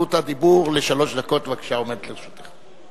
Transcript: זכות הדיבור לשלוש דקות עומדת לרשותך.